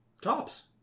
tops